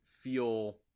feel